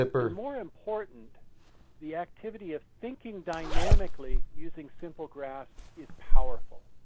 and more important the activity of thinking dynamically using simple graphs is powerful.